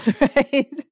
Right